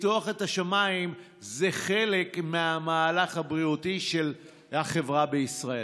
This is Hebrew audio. לפתוח את השמיים זה חלק מהמהלך הבריאותי של החברה בישראל.